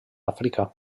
àfrica